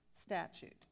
statute